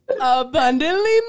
Abundantly